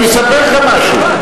אני אספר לך משהו,